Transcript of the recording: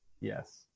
Yes